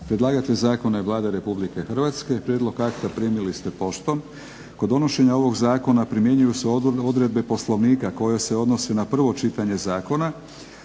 Predlagatelj zakona je Vlada Republike Hrvatske. Prijedlog akta primili ste poštom. Kod donošenja ovog zakona primjenjuju se odredbe Poslovnika koje se odnose na prvo čitanje zakona.